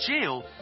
jail